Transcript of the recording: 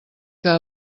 que